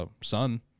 son